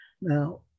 now